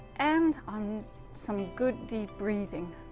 and on some good deep breathing.